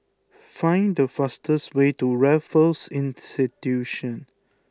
find the fastest way to Raffles Institution